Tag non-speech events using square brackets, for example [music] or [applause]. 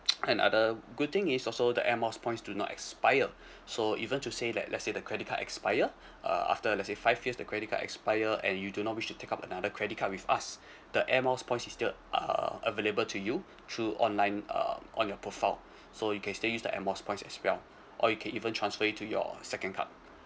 [noise] another good thing is also the air miles points do not expire [breath] so even to say like let's say the credit card expire uh after let's say five years the credit card expire and you do not wish to take up another credit card with us the air miles points is still uh available to you through online um on your profile so you can still use the air miles points as well or you can even transfer it to your second card